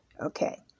Okay